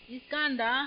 Iskanda